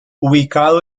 ubicado